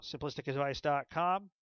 SimplisticAdvice.com